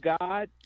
God